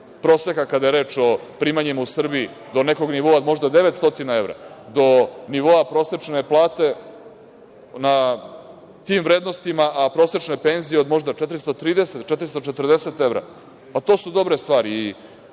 proseka, kada je reč o primanjima u Srbiji, do nekog nivoa od možda 900 evra, do nivoa prosečne plate na tim vrednostima, a prosečne penzije od možda 430 do 440 evra. To su dobre stvari